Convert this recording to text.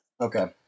Okay